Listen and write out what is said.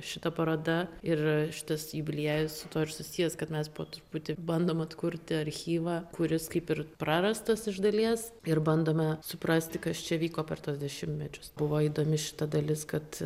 šita paroda ir šitas jubiliejus su tuo ir susijęs kad mes po truputį bandom atkurti archyvą kuris kaip ir prarastas iš dalies ir bandome suprasti kas čia vyko per tuos dešimtmečius buvo įdomi šita dalis kad